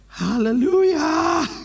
Hallelujah